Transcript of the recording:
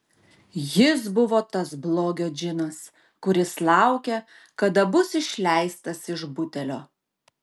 jis buvo tas blogio džinas kuris laukia kada bus išleistas iš butelio